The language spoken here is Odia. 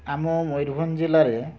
ଆମ ମୟୂରଭଞ୍ଜ ଜିଲ୍ଲାରେ